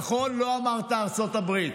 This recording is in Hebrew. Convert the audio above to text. נכון, לא אמרת "ארצות הברית".